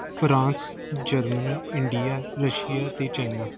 France Germany India Russia ਅਤੇ China